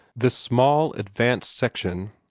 this small advanced section,